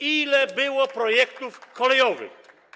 Ile było projektów kolejowych?